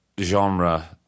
genre